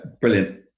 brilliant